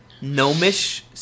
gnomish